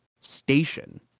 station